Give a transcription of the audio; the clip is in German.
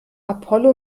apollo